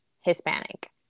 Hispanic